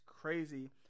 crazy